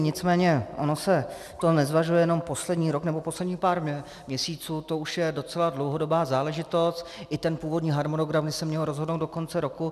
Nicméně ono se to nezvažuje jenom poslední rok nebo posledních pár měsíců, to už je docela dlouhodobá záležitost, i ten původní harmonogram, kdy se mělo rozhodnout do konce roku.